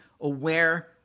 aware